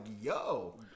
yo